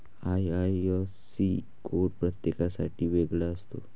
IIFC code प्रत्येकासाठी वेगळा असतो